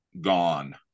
gone